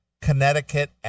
Connecticut